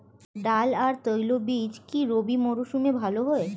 ডাল আর তৈলবীজ কি রবি মরশুমে ভালো হয়?